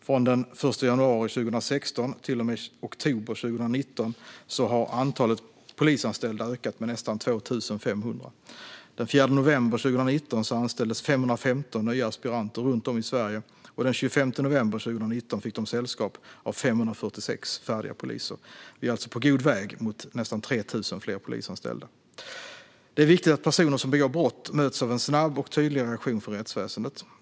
Från den 1 januari 2016 till och med oktober 2019 har antalet polisanställda ökat med nästan 2 500. Den 4 november 2019 anställdes 515 nya aspiranter runt om i Sverige, och den 25 november 2019 fick de sällskap av 546 färdiga poliser. Vi är alltså på god väg mot nästan 3 000 fler polisanställda. Det är viktigt att personer som begår brott möts av en snabb och tydlig reaktion från rättsväsendet.